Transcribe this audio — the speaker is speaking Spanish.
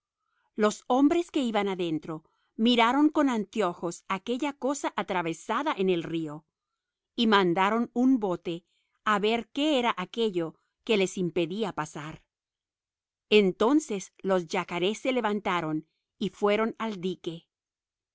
los hombres que iban adentro miraron con anteojos aquella cosa atravesada en el río y mandaron un bote a ver qué era aquello que les impedía pasar entonces los yacarés se levantaron y fueron al dique